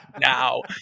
Now